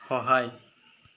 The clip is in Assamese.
সহায়